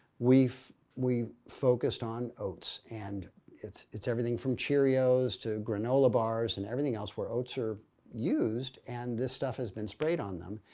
we focused on oats and it's it's everything from cheerios to granola bars and everything else, where oats are used and this stuff has been sprayed on them.